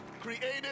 created